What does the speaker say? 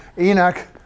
Enoch